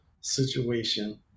situation